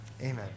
amen